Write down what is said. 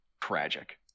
tragic